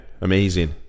amazing